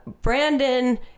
Brandon